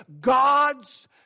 God's